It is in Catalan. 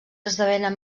esdevenen